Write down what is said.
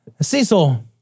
Cecil